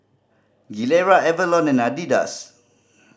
Gilera Avalon and Adidas